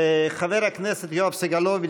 חבר הכנסת יואב סגלוביץ,